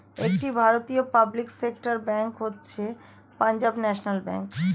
একটি ভারতীয় public sector bank হচ্ছে পাঞ্জাব ন্যাশনাল ব্যাঙ্ক